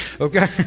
okay